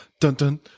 dun-dun